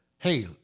Hey